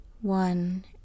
one